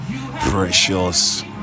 precious